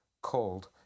called